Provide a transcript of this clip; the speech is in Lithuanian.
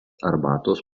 arbatos